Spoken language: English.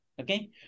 Okay